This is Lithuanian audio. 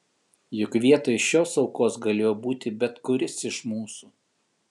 juk vietoj šios aukos galėjo būti bet kuris iš mūsų